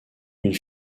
une